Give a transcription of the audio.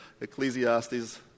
Ecclesiastes